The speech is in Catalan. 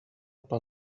pel